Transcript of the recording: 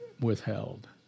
withheld